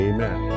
Amen